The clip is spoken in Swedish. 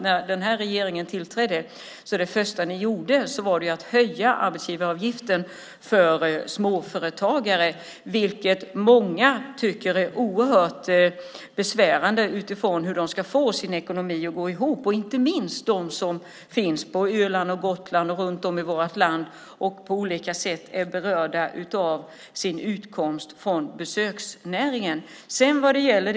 När den här regeringen tillträdde var väl det första den gjorde att höja arbetsgivaravgiften för småföretagare, vilket många tycker är oerhört besvärande utifrån hur de ska få sin ekonomi att gå ihop, inte minst de som finns på Öland och Gotland samt runt om i vårt land och på olika sätt är beroende av besöksnäringen för sin utkomst.